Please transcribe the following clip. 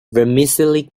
vermicelli